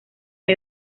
hay